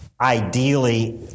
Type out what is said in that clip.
ideally